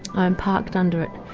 i am parked under it,